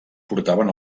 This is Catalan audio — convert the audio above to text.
portaven